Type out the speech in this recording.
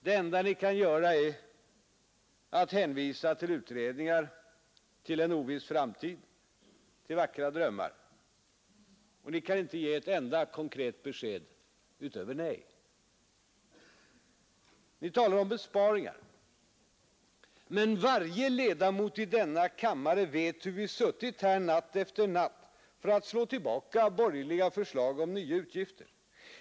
Det enda ni kan göra är att hänvisa till utredningar, till en oviss framtid och till vackra drömmar. Ni kan inte ge ett enda konkret besked utöver nej. Ni talar om besparingar, men varje ledamot i denna kammare vet hur vi har suttit här natt efter natt för att slå tillbaka borgerliga förslag om nya utgifter.